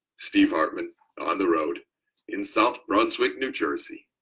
steve hartman on the road in south brunswick, new jersey.